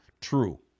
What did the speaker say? true